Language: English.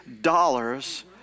dollars